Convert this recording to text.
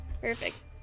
Perfect